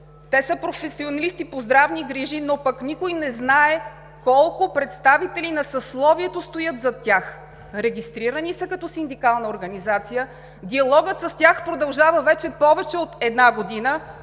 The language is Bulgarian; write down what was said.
Те са професионалисти по здравни грижи, но пък никой не знае колко представители на съсловието стоят зад тях. Регистрирани са като синдикална организация, диалогът с тях продължава вече повече от една година,